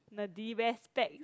nerdy wear specs